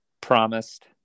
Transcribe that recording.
promised